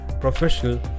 professional